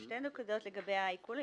שתי נקודות לגבי העיקול.